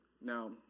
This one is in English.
Now